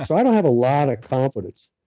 i don't have a lot of confidence.